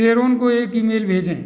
Charon को एक email भेजें